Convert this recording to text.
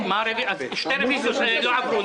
שתי רוויזיות לא עברו.